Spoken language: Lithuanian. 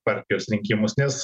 partijos rinkimus nes